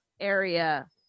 area